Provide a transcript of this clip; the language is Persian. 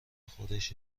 خودش